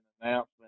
announcement